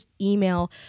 email